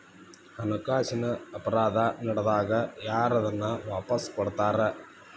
ಹಣಕಾಸಿನ್ ಅಪರಾಧಾ ನಡ್ದಾಗ ಯಾರ್ ಅದನ್ನ ವಾಪಸ್ ಕೊಡಸ್ತಾರ?